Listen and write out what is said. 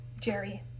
Jerry